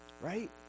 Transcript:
right